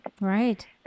Right